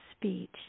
speech